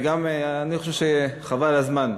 אבל חבל על הזמן,